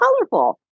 colorful